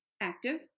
active